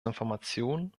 informationen